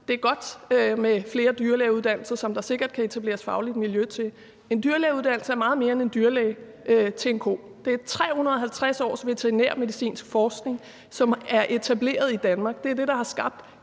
Det er godt med flere dyrlægeuddannelser, som der sikkert kan etableres et fagligt miljø til. En dyrlægeuddannelse er meget mere end en dyrlæge til en ko. Det er 350 års veterinærmedicinsk forskning, som er etableret i Danmark. Det er det, der har skabt